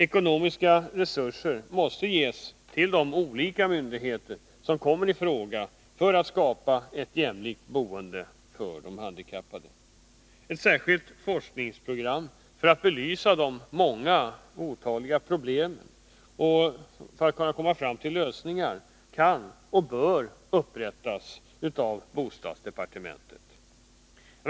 Ekonomiska resurser måste ges de olika myndigheter som kommer i fråga för att skapa ett jämlikt boende för de handikappade. Ett särskilt forskningsprogram för att belysa de många problemen och komma fram till lösningar kan och bör upprättas av bostadsdepartementet.